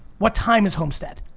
what time is homestead?